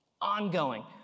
ongoing